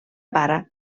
para